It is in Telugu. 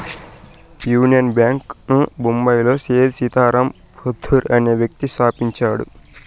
యూనియన్ బ్యాంక్ ను బొంబాయిలో సేథ్ సీతారాం పోద్దార్ అనే వ్యక్తి స్థాపించాడు